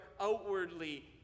outwardly